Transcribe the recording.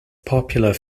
popular